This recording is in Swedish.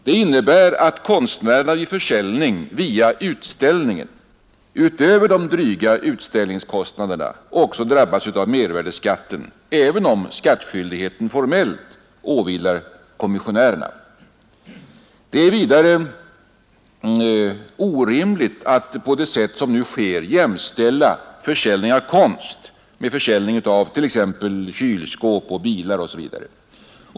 Det innebär att konstnärerna vid försäljning via utställningar utöver de dryga utställningskostnaderna också drabbas av mervärdeskatten, även om skattskyldigheten formellt åvilar kommissionärerna. Det är vidare orimligt att på det sättet som nu sker jämställa försäljning av konst med försäljning av t.ex. kylskåp och bilar.